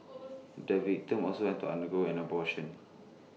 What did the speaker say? the victim also had to undergo an abortion